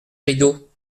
rideaux